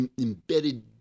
embedded